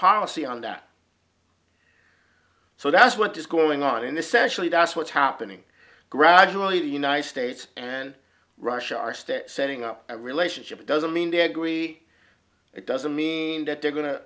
policy on that so that's what is going on in this actually that's what's happening gradually the united states and russia are states setting up a relationship it doesn't mean they agree it doesn't mean that they're going to